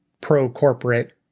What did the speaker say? pro-corporate